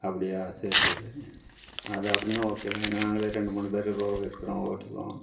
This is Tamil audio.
அப்படியா சேர் சேர் சரிங்க அது அப்படினா ஓகேங்க நாங்களே ரெண்டு மூணு பேர் போயி இருக்குறோம் ஓட்டிக்குவோம்